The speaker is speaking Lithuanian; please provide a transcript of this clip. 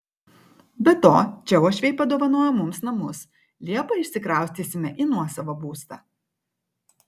be to čia uošviai padovanojo mums namus liepą išsikraustysime į nuosavą būstą